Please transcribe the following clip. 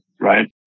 right